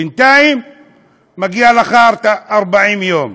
בינתיים מגיעים לך 40 יום,